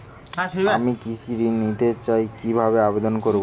আমি কৃষি ঋণ নিতে চাই কি ভাবে আবেদন করব?